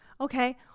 okay